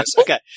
Okay